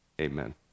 Amen